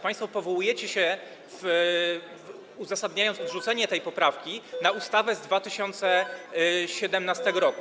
Państwo powołujecie się, uzasadniając odrzucenie tej poprawki, na ustawę z 2017 r.